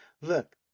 Look